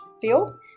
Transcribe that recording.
fields